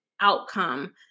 outcome